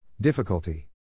Difficulty